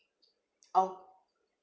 oh